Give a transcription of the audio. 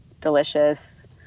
delicious